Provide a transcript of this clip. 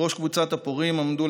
בראש קבוצת הפורעים עמדו,